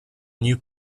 new